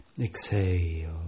exhale